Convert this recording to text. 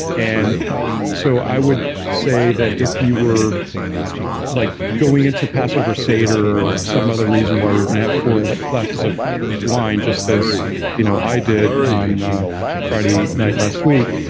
and so i would say that if you were like going into passover seder or some other reason why you're going to have four like glasses of wine just as you know i did on friday night last week,